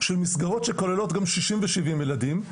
שמסגרות שכוללות גם שבעים ושישים ילדים,